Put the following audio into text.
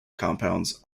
compounds